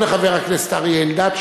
וגם לחבר הכנסת אריה אלדד,